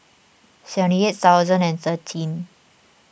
seventy eight thousand and thirteen